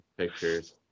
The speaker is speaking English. pictures